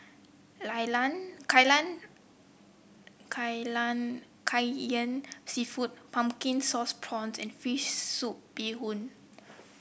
lan lan Kai Lan Kai Lan kai yan seafood Pumpkin Sauce Prawns and fish soup Bee Hoon